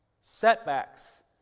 setbacks